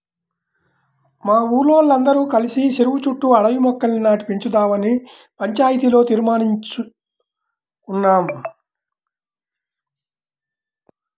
మా ఊరోల్లందరం కలిసి చెరువు చుట్టూ అడవి మొక్కల్ని నాటి పెంచుదావని పంచాయతీలో తీర్మానించేసుకున్నాం